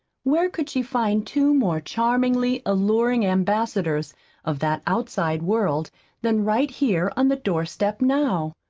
where could she find two more charmingly alluring ambassadors of that outside world than right here on the door-step now?